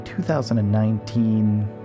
2019